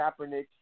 Kaepernick